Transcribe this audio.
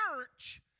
church